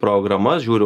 programas žiūriu